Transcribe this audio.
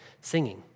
singing